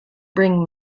bring